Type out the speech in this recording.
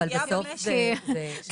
אבל בסוף --- כן, אבל זה הרבה יותר קשה.